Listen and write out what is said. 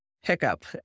hiccup